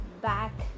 back